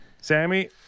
Sammy